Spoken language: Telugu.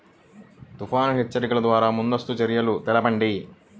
తుఫాను హెచ్చరికల ద్వార ముందస్తు చర్యలు తెలపండి?